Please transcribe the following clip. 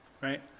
Right